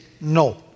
no